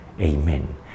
Amen